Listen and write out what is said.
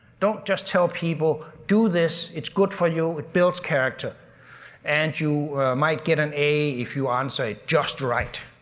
don't just tell people, do this, it's good for you, you, it builds character and you might get an a if you answer it just right.